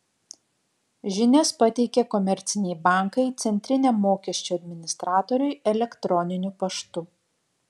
žinias pateikia komerciniai bankai centriniam mokesčių administratoriui elektroniniu paštu